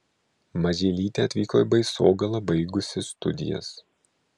mažylytė atvyko į baisogalą baigusi studijas